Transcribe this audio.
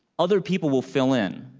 other people will fill in,